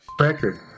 record